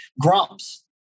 grumps